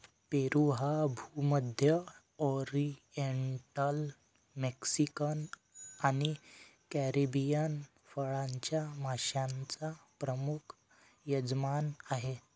पेरू हा भूमध्य, oriental, Mexican आणि कॅरिबियन फळांच्या माश्यांचा प्रमुख यजमान आहे